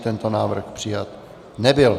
Tento návrh přijat nebyl.